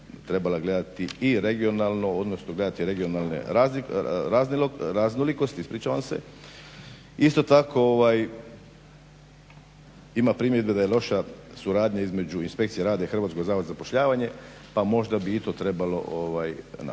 trebala gledati i regionalno odnosno gledati regionalne raznolikosti. Isto tako ima primjedbe da je loša suradnja između Inspekcije rada i Hrvatskog zavoda za zapošljavanje pa bi možda i to trebalo napraviti.